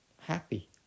happy